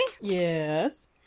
yes